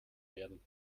werden